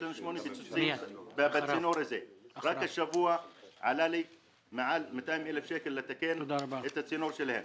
רק השבוע עלה לי מעל 200,000 שקלים לתקן את הצינור הזה.